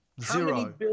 Zero